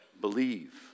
believe